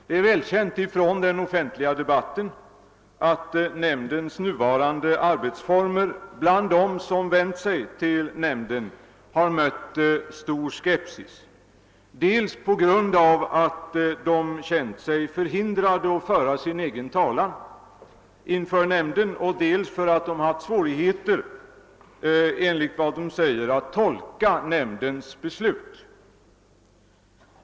Det är välkänt från den offentliga debatten att nämndens nuvarande arbetsformer bland dem som vänt sig till nämnden har mött stor skepsis dels på grund av att de känt sig förhindrade att föra sin egen talan inför nämnden, dels på grund av att de — enligt vad de säger — haft svårigheter att tolka nämndens beslut.